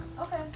okay